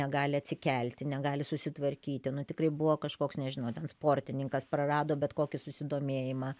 negali atsikelti negali susitvarkyti nu tikrai buvo kažkoks nežinau ten sportininkas prarado bet kokį susidomėjimą